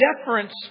deference